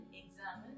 exam